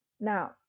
now